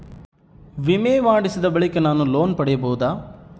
ವಿಮೆ ಮಾಡಿಸಿದ ಬಳಿಕ ನಾನು ಲೋನ್ ಪಡೆಯಬಹುದಾ?